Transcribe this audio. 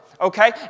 Okay